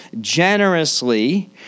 generously